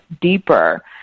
deeper –